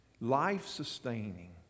life-sustaining